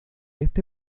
este